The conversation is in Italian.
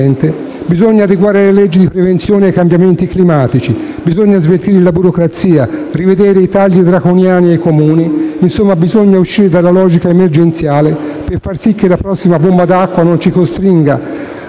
Presidente, bisogna adeguare le leggi di prevenzione ai cambiamenti climatici, bisogna sveltire la burocrazia, rivedere i tagli draconiani ai Comuni; insomma, bisogna uscire dalla logica emergenziale per far si che la prossima bomba d'acqua non ci costringa